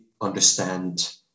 understand